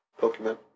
Pokemon